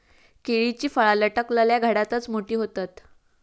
केळीची फळा लटकलल्या घडातच मोठी होतत